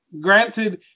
Granted